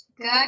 Good